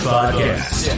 Podcast